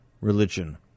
religion